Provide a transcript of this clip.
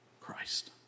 Christ